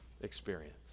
experience